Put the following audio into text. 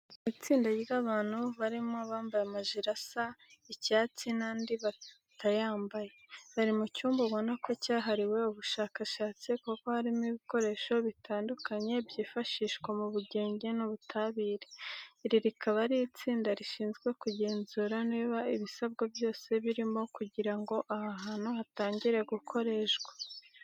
Ni itsenda ry'abantu harimo abambaye amajire asa icyatsi n'abandi batayambaye. Bari mu cyumba ubona ko cyahariwe ubushakashatsi kuko harimo ibikoresho bitandukanye byifashishwa mu bugenge n'ubutabire. Iri rikaba ari itsinda rishinzwe kugenzura niba ibisabwa byose biromo kugira ngo aha hantu hatangire gukoreshwa.